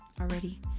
already